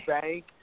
bank